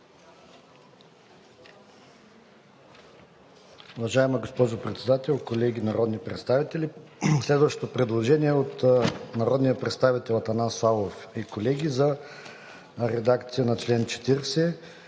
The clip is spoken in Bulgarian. Уважаема госпожо Председател, колеги народни представители! Следващото предложение е от народния представител Атанас Славов и колеги за редакция на чл. 40.